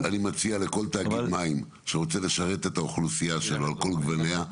אני מציע לכל תאגיד מים שרוצה לשרת את האוכלוסייה שלו על כל גווניה,